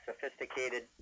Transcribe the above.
sophisticated